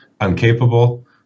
uncapable